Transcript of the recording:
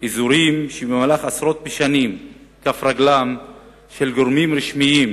באזורים שבמהלך עשרות בשנים כף רגלם של גורמים רשמיים